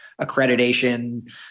accreditation